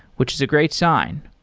which is a great sign,